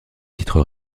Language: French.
titres